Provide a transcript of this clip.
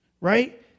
Right